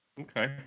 Okay